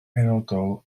penodol